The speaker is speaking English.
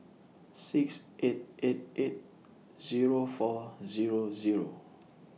six eight eight eight Zero four Zero Zero